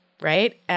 Right